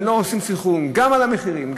אם לא עושים סנכרון גם על המחירים,